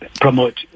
promote